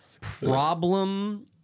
problem